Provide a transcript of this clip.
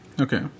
Okay